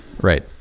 Right